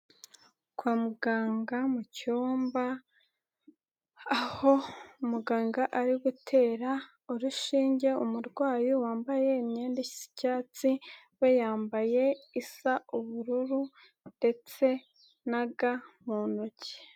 Kwa muganga mu cyumba aho muganga ari gutera urushinge umurwayi wambaye imyenda y'icyatsi, we yambaye isa ubururu ndetse na ga mu ntoki.